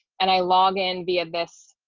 and i log in via this,